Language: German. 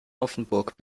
offenburg